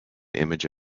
image